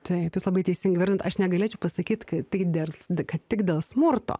taip jūs labai teisingai įvardinot aš negalėčiau pasakyt kad tai dels kad tik dėl smurto